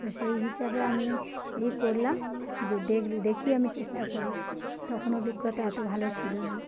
তো সেই হিসাবে আমি ইয়ে করলাম যে দেখি আমি চেষ্টা করে তখন অভিজ্ঞতা এত ভালো ছিল না